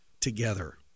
together